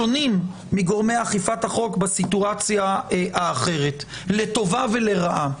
שונים מגורמי אכיפת החוק בסיטואציה האחרת לטובה ולרעה.